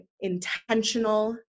intentional